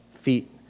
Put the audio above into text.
feet